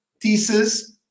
thesis